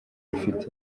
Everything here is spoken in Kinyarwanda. bifite